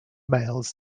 males